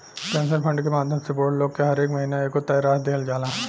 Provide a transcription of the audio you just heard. pension fund के माध्यम से बूढ़ लोग के हरेक महीना एगो तय राशि दीहल जाला